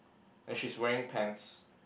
and she's wearing pants